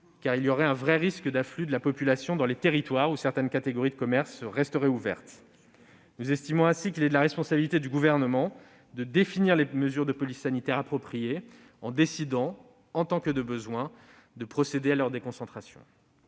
du fait du vrai risque d'afflux de la population dans les territoires où certaines catégories de commerces resteraient ouvertes. Nous estimons qu'il est de la responsabilité du Gouvernement de définir les mesures de police sanitaire appropriées, en décidant, en tant que de besoin, de procéder à leur déconcentration.